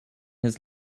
his